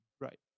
Right